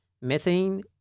methane